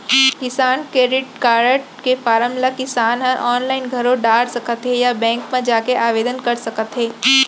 किसान credit card के form ल किसान ह आनलाइन घलौ डार सकत हें या बेंक म जाके आवेदन कर सकत हे